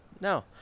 No